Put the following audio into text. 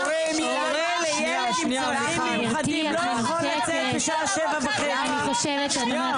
הורה לילד עם צרכים מיוחדים לא יכול לצאת בשעה 7:30. גברתי,